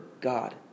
God